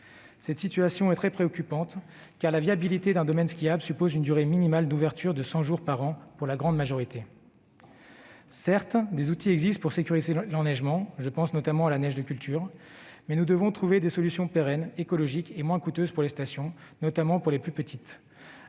Cette situation est très préoccupante, car la viabilité d'un domaine skiable suppose une durée minimale d'ouverture de cent jours par an. Certes, des outils existent pour sécuriser l'enneigement, comme la neige de culture. Nous devons cependant trouver des solutions pérennes, écologiques et moins coûteuses pour les stations, notamment les plus petites.